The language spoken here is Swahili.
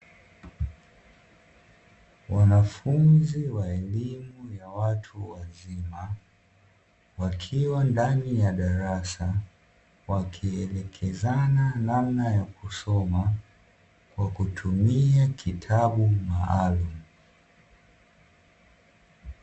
Wanafunzi wa elimu ya watu wazima, wakiwa ndani ya darasa, wakielekezana namna ya kusoma kwa kutumia kitabu maalumu.